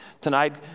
tonight